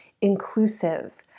inclusive